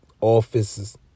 Offices